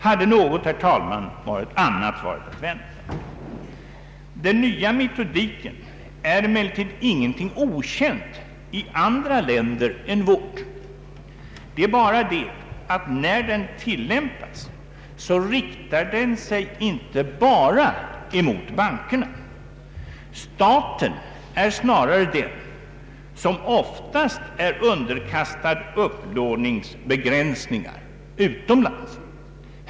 Hade, herr talman, något annat varit att vänta? Den nya metodiken är emellertid ingenting okänt i andra länder än vårt. Det är bara det att när den tillämpas riktar den sig inte bara mot bankerna. Staten är utomlands snarare den som oftast är underkastad upplåningsbegränsningar.